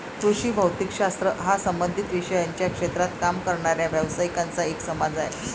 कृषी भौतिक शास्त्र हा संबंधित विषयांच्या क्षेत्रात काम करणाऱ्या व्यावसायिकांचा एक समाज आहे